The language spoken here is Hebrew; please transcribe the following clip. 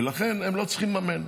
ולכן הם לא צריכים לממן.